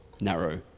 narrow